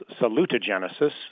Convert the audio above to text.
salutogenesis